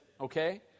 okay